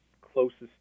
closest